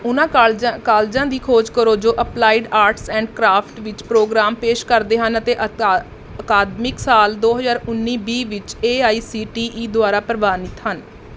ਉਹਨਾਂ ਕਾਲ਼ਜਾ ਕਾਲਜਾਂ ਦੀ ਖੋਜ ਕਰੋ ਜੋ ਅਪਲਾਈਡ ਆਰਟਸ ਐਂਡ ਕ੍ਰਾਫਟ ਵਿੱਚ ਪ੍ਰੋਗਰਾਮ ਪੇਸ਼ ਕਰਦੇ ਹਨ ਅਤੇ ਅਕਾਦ ਅਕਾਦਮਿਕ ਸਾਲ ਦੋ ਹਜ਼ਾਰ ਉੱਨੀ ਵੀਹ ਵਿੱਚ A I C T E ਦੁਆਰਾ ਪ੍ਰਵਾਨਿਤ ਹਨ